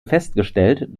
festgestellt